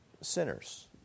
sinners